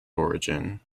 origin